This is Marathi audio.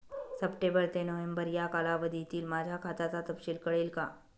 सप्टेंबर ते नोव्हेंबर या कालावधीतील माझ्या खात्याचा तपशील कळेल का?